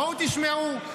בואו תשמעו.